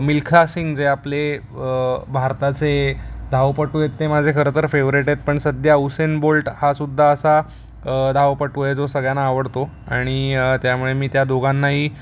मिल्खा सिंग जे आपले भारताचे धावपटू आहेत ते माझे खरं तर फेवरेट आहेत पण सध्या उसेन बोल्ट हा सुद्धा असा धावपटू आहे जो सगळ्यांना आवडतो आणि त्यामुळे मी त्या दोघांनाही